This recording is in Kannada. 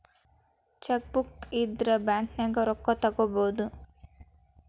ಚೆಕ್ಬೂಕ್ ಇದ್ರ ಬ್ಯಾಂಕ್ನ್ಯಾಗ ರೊಕ್ಕಾ ತೊಕ್ಕೋಬಹುದು